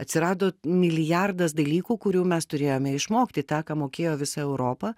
atsirado milijardas dalykų kurių mes turėjome išmokti tą ką mokėjo visa europa